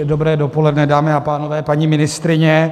Dobré dopoledne, dámy a pánové, paní ministryně.